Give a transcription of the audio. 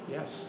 Yes